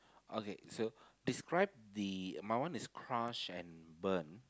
okay so describe the my one is crush and burn